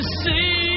see